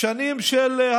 כדי שלא